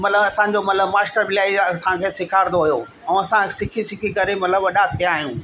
मतिलबु असांजो मतिलबु मास्तर बि असांखे सेखारींदो हुओ ऐं असां सिखी सिखी करे मतिलबु वॾा थिया आहियूं